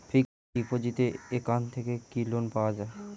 Fix ডিপোজিটের এখান থেকে কি লোন পাওয়া যায়?